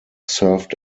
served